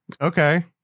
okay